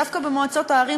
דווקא במועצות הערים,